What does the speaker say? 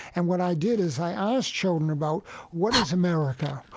and what i did is i asked children about what is america.